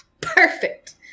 Perfect